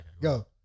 go